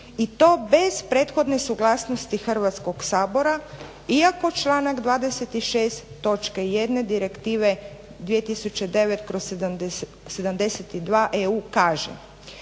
i to bez prethodne suglasnosti Hrvatskog sabora iako članak 26. točke jedne Direktive 2009/72EU kaže: